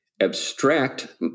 abstract